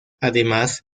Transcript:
además